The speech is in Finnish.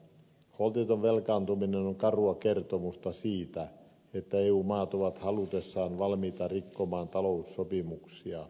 holtiton velkaantuminen on karua kertomusta siitä että eu maat ovat halutessaan valmiita rikkomaan taloussopimuksia